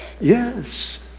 Yes